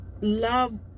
Love